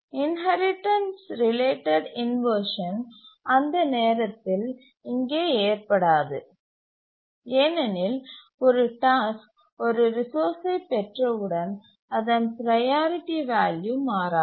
inheritance related inversion அந்த அர்த்தத்தில் இங்கே ஏற்படாது ஏனெனில் ஒரு டாஸ்க் ஒரு ரிசோர்ஸ்சை பெற்றவுடன் அதன் ப்ரையாரிட்டி வால்யூ மாறாது